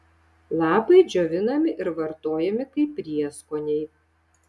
lapai džiovinami ir vartojami kaip prieskoniai